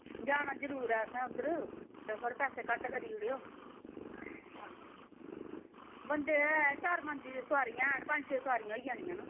जाना जरूर ऐ असैं उध्दर कते थोह्ड़े पैसे घट्ट करी ओड़ेओ बंदे चार पंज पंज छे सोआरियां होई जानियां नैं